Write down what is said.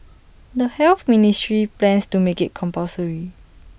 the health ministry plans to make IT compulsory